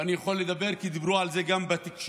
ואני יכול לדבר, כי דיברו על זה גם בתקשורת